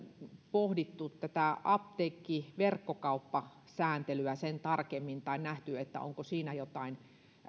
pohdittu tätä apteekkiverkkokauppasääntelyä sen tarkemmin tai nähty onko siinä